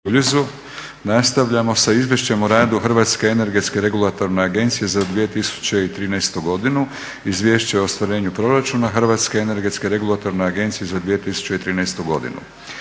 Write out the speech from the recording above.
(HNS)** Nastavljamo sa: - Izvješće o radu Hrvatske energetske regulatorne agencije za 2013. godinu; Izvješće o ostvarenju proračuna Hrvatske energetske regulatorne agencije za 2013. godinu.